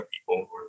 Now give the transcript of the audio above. people